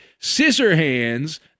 Scissorhands